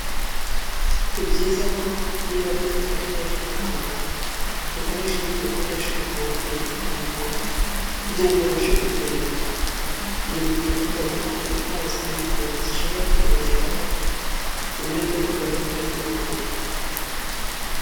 Ni byiza ko niba dufite uburwayi bwo mu kanwa, dukoresha ibindi bikoresho bitandukanye byo kwa muganga kugira ngo bibashe kuturinda. Ibyo bituma tutagira indwara zitandukanye zishobora kwiyongeraho nyuma y'uko turwaye uburwayi bwo mu kanwa.